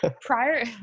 prior